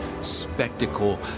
spectacle